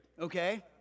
okay